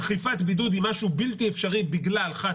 אכיפת בידוד היא משהו בלתי אפשרי בגלל 1,